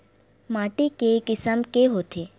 माटी के किसम के होथे?